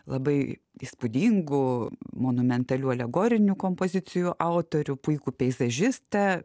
labai įspūdingų monumentalių alegorinių kompozicijų autorių puikų peizažistą